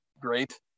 great